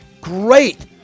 great